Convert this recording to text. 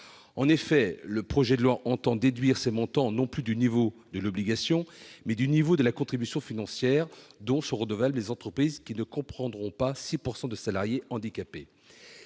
En effet, le projet de loi entend déduire ces montants du niveau non plus de l'obligation, mais de la contribution financière dont sont redevables les entreprises qui ne comprendront pas 6 % de salariés handicapés.